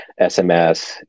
SMS